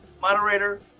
moderator